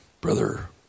Brother